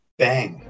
bang